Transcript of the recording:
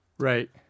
right